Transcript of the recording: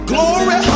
Glory